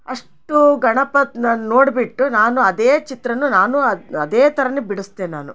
ಅಷ್ಟೂ ಗಣಪತ್ನ ನೋಡ್ಬಿಟ್ಟು ನಾನು ಅದೇ ಚಿತ್ರನು ನಾನೂ ಅದು ಅದೇ ಥರನೇ ಬಿಡ್ಸ್ದೇ ನಾನು